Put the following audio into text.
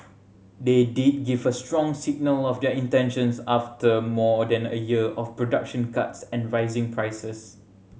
they did give a strong signal of their intentions after more than a year of production cuts and rising prices